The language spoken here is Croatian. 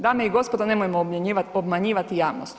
Dame i gospodo, nemojmo obmanjivati javnost.